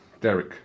Derek